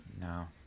No